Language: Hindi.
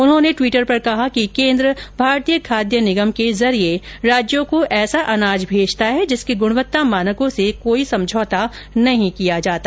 उन्होंने ट्वीटर पर कहा कि केंद्र भारतीय खाद्य निगम के जरिए राज्यों को ऐसा अनाज भेजता है जिसके गुणवत्ता मानकों से कोई समझौता नहीं किया जाता